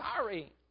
sorry